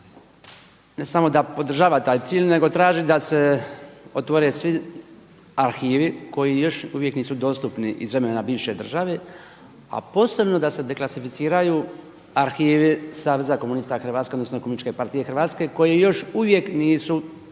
Ne samo da podržava taj cilj, nego traži da se otvore svi arhivi koji još uvijek nisu dostupni iz vremena bivše države, a posebno da se deklasificiraju arhivi Saveza komunista Hrvatske, odnosno Komunističke partije Hrvatske koji još uvijek nisu dostupni